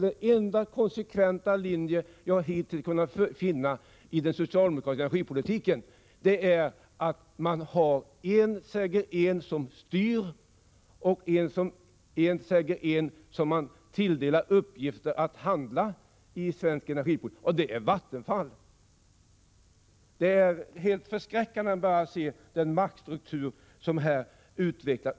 Den enda konsekventa linje jag hittills kunna finna i den socialdemokratiska energipolitiken är att det finns en som styr och en som tilldelas uppgiften att handla i 167 svensk energipolitik, och det är Vattenfall. Det är förskräckande att se den maktstruktur som här utvecklas.